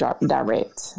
direct